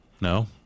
No